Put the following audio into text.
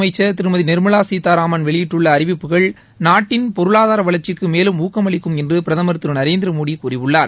மத்திய நிதி அமைச்சர் திருமதி நிர்மவா சீதாராமன் வெளியிட்டுள்ள அறிவிப்புகள் நாட்டின் பொருளாதார வளர்ச்சிக்கு மேலும் ஊக்கம் அளிக்கும் என்று பிரதமர் திரு நரேந்திரமோடி கூறியுள்ளார்